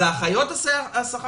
וכששכר האחיות הוא נמוך,